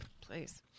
Please